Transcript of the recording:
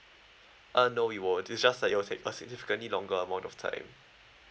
uh no we won't it's just that it will take a significantly longer amount of time